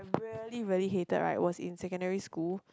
really really hated right was in secondary school